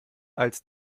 als